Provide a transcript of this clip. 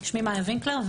אני מיה וינקלר,